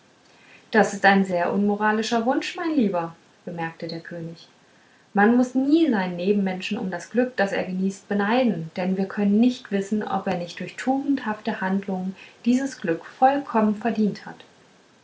das ist ein sehr unmoralischer wunsch mein lieber bemerkte der könig man muß nie seinen nebenmenschen um das glück das er genießt beneiden denn wir können nicht wissen ob er nicht durch tugendhafte handlungen dieses glück vollkommen verdient hat